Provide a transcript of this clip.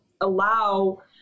allow